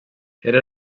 era